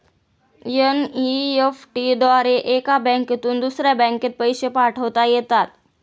NEFT द्वारे एका बँकेतून दुसऱ्या बँकेत पैसे पाठवता येतात